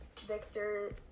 Victor